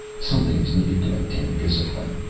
something is needed to maintain discipline.